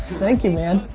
thank you, man.